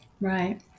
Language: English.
Right